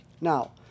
Now